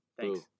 Thanks